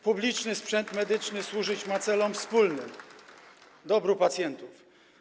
Publiczny sprzęt medyczny ma służyć celom wspólnym, dobru pacjentów.